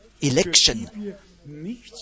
election